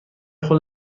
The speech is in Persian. خود